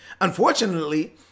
Unfortunately